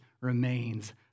remains